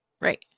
right